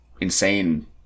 insane